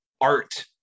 art